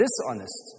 dishonest